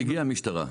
והגיעה המשטרה.